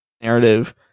narrative